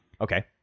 okay